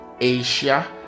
Asia